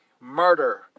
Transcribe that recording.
murder